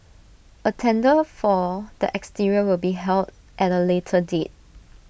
A tender for the exterior will be held at A later date